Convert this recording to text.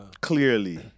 clearly